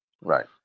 Right